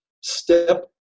step